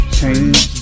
change